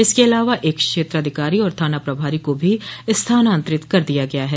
इसके अलावा एक क्षेत्राधिकारी और थाना प्रभारी का भी स्थानांतरित कर दिया गया है